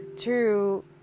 true